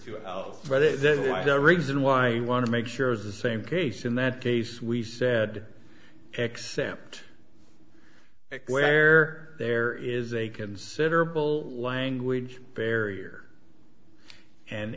the reason why you want to make sure is the same case in that case we said except where there is a considerable language barrier and